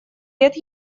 лет